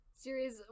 Series